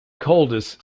coldest